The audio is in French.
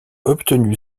obtenu